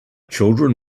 children